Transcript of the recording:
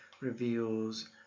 reveals